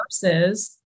versus